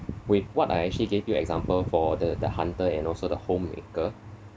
with what I actually gave you example for the the hunter and also the homemaker